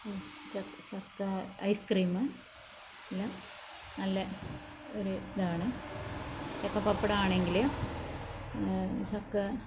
ചക്ക ice cream പിന്നെ നല്ല ഒരു ഇതാണ് ചക്ക പപ്പാടമാണെങ്കിൽ ചക്ക